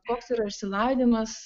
koks yra išsilavinimas